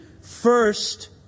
First